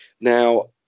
Now